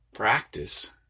Practice